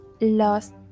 lost